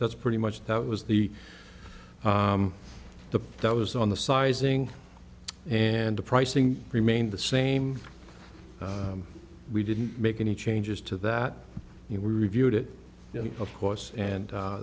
that's pretty much that was the the that was on the sizing and the pricing remained the same we didn't make any changes to that we reviewed it of course and